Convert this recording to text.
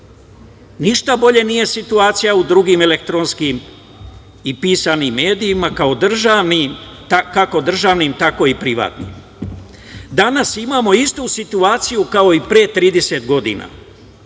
Ništa bolje nije situacija u drugim elektronskim i pisanim medijima kako državnim, tako i privatnim. Danas imamo istu situaciju kao i pre 30 godina.